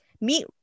meet